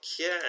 Okay